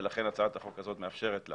ולכן הצעת החוק הזאת מאפשרת לה